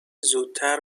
زودتر